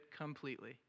completely